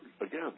again